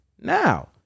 now